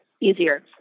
easier